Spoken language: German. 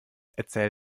erzähl